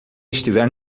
estiver